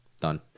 Done